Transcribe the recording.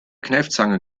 kneifzange